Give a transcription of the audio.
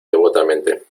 devotamente